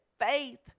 faith